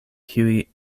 kiuj